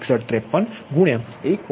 6153 ગુણ્યા 1